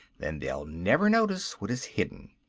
then they'll never notice what is hidden.